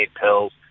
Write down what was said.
pills